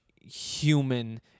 human